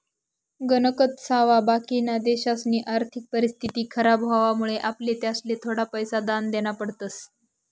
गणकच सावा बाकिना देशसनी आर्थिक परिस्थिती खराब व्हवामुळे आपले त्यासले थोडा पैसा दान देना पडतस